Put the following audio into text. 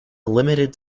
limited